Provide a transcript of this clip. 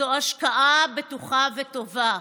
זו השקעה בטוחה וטובה.